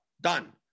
Done